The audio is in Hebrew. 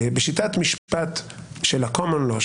בשיטת משפט של הקומן-לאו,